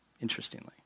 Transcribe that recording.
interestingly